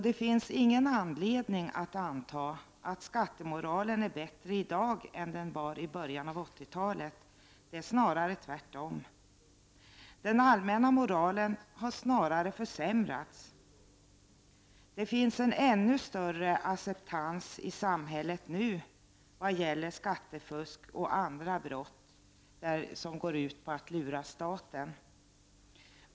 Det finns ingen anledning att anta att skattemoralen är bättre i dag än den var i början av 1980-talet. Det är snarare tvärtom. Den allmänna moralen har snarare försämrats. Det finns en ännu större acceptans i samhället nu vad gäller skattefusk och andra brott som går ut på att lura staten.